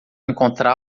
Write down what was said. encontrá